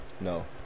No